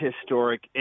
historic